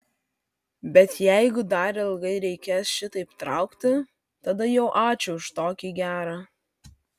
bet jeigu dar ilgai reikės šitaip traukti tada jau ačiū už tokį gerą